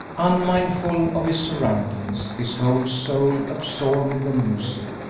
unmindful of his surroundings, his whole soul absorbed in the music,